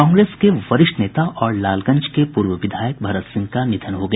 कांग्रेस के वरिष्ठ नेता और लालगंज के पूर्व विधायक भरत सिंह का निधन हो गया